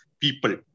people